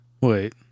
wait